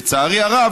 לצערי הרב,